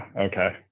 okay